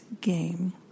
game